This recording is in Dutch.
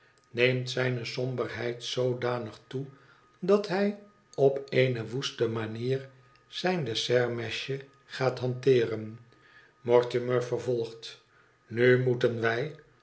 neemt zijne somber i heid zoodanig toe dat hij op eene woeste manier zijn dessertmesje gaat hanteeren mortimer vervolgt nu moeten wij